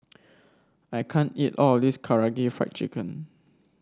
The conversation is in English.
I can't eat all of this Karaage Fried Chicken